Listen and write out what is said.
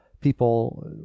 people